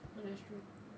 well that's true